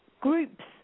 groups